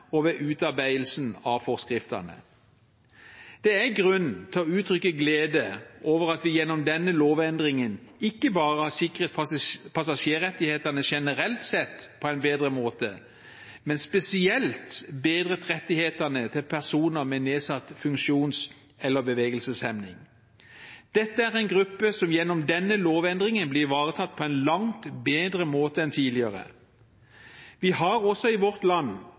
og ved utarbeidelsen av forskriftene. Det er grunn til å uttrykke glede over at vi gjennom denne lovendringen ikke bare har sikret passasjerrettighetene generelt sett på en bedre måte, men spesielt bedret rettighetene til personer med nedsatt funksjonsevne eller bevegelseshemning. Dette er en gruppe som gjennom denne lovendringen blir ivaretatt på en langt bedre måte enn tidligere. Det har i vårt land